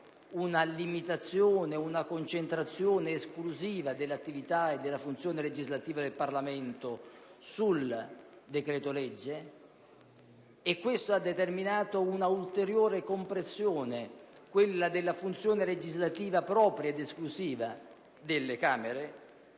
una limitazione ed una concentrazione esclusiva dell'attività e della funzione legislativa del Parlamento sul decreto-legge? Ciò ha determinato un'ulteriore compressione, quella della funzione legislativa propria ed esclusiva delle Camere?